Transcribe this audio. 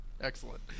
Excellent